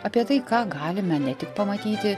apie tai ką galime ne tik pamatyti